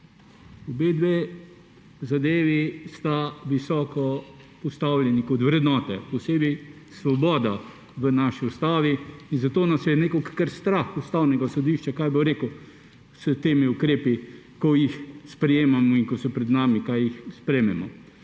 Obe zadevi sta visoko postavljeni kot vrednoti, posebej svoboda v naši ustavi in zato nas je nekako kar strah Ustavnega sodišča, kaj bo reklo o teh ukrepih, ko jih sprejemamo in ko so pred nami, da jih sprejmemo.